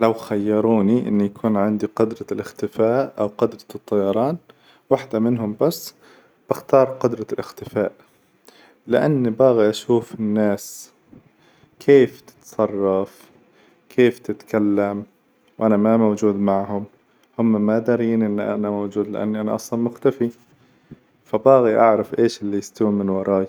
لو خيروني إني يكون عندي قدرة الاختفاء أو قدرة الطيران واحدة منهم بس، باختار قدرة الاختفاء، لأني باغي أشوف الناس كيف تتصرف؟ كيف تتكلم، وأنا ما موجود معهم؟ هم ما دارين إن أنا موجود لأني أنا أصلا مختفي، فباغي أعرف إيش إللي يستوي من وراي.